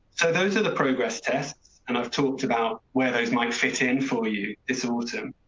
those are the progress tests and i've talked about where those might fit in for you this autumn.